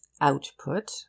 output